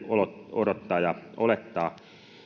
odottaa ja olettaa